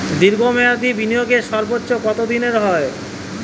দীর্ঘ মেয়াদি বিনিয়োগের সর্বোচ্চ কত দিনের হয়?